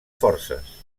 forces